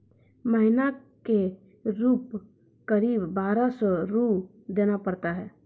महीना के रूप क़रीब बारह सौ रु देना पड़ता है?